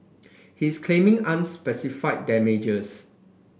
he is claiming unspecified damages